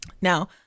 Now